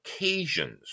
occasions